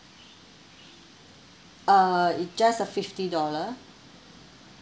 uh it just a fifty dollar